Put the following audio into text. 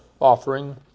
offering